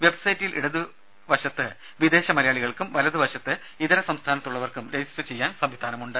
വെബ്സൈറ്റിൽ ഇടതു വശത്ത് വിദേശ മലയാളികൾക്കും വലതു വശത്ത് ഇതര സംസ്ഥാനത്തുള്ളവർക്കും രജിസ്റ്റർ ചെയ്യാൻ സംവിധാനമുണ്ട്